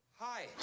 Hi